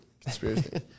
Conspiracy